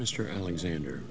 mr alexander